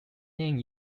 name